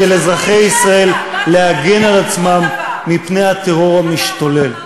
של אזרחי ישראל להגן על עצמם מפני הטרור המשתולל.